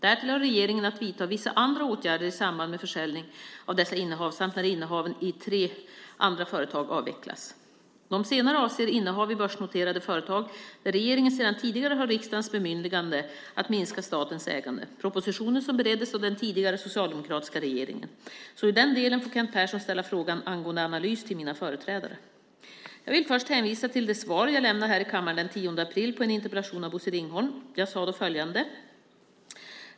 Därtill har regeringen att vidta vissa andra åtgärder i samband med försäljningen av dessa innehav samt när innehaven i tre andra företag avvecklas. De senare avser innehav i börsnoterade företag där regeringen sedan tidigare har riksdagens bemyndigande att minska statens ägande - propositioner som bereddes av den tidigare socialdemokratiska regeringen, så i den delen får Kent Persson ställa frågan angående analys till mina företrädare. Jag vill först hänvisa till det svar jag lämnade här i kammaren den 10 april på en interpellation av Bosse Ringholm. Jag sade då följande.